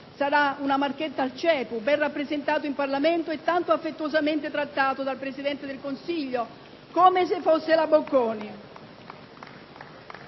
sarà una marchetta al CEPU, ben rappresentato in Parlamento e tanto affettuosamente trattato dal Presidente del Consiglio, come se fosse l'Università